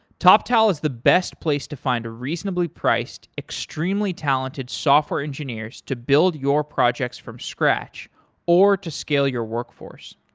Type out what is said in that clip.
toptal is the best place to find reasonably priced, extremely talented software engineers to build your projects from scratch or to skill your workforce.